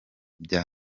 bya